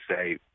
say –